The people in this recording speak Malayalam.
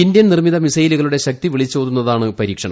ഇന്ത്യൻ നിർമ്മിത മിസൈലുകളുടെ ശക്തി വിളിച്ചോതുന്നതാണ് പരീക്ഷണം